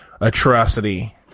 atrocity